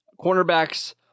cornerback's